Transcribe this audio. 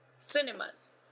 Cinemas